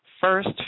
first